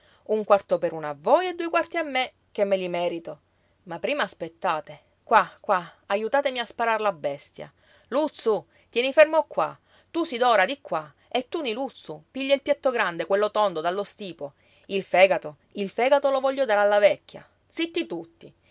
un quarto per uno a voi e due quarti a me che me li merito ma prima aspettate qua qua ajutatemi a sparar la bestia luzzu tieni fermo qua tu sidora di qua e tu niluzzu piglia il piatto grande quello tondo dallo stipo il fegato il fegato lo voglio dare alla vecchia zitti tutti